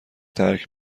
ترک